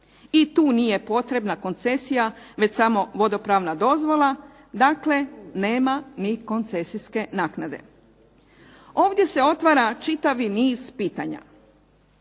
i tu nije potrebna koncesija već samo vodopravna dozvola, dakle nema ni koncesijske naknade. Ovdje se otvara čitavi niz pitanja.